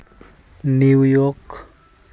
New York